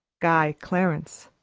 guy clarence,